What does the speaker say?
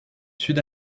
sud